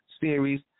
series